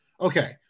okay